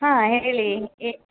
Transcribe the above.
ಹಾಂ ಹೇಳಿ ಏ